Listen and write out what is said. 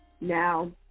now